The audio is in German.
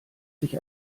sich